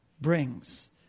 brings